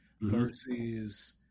versus